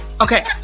Okay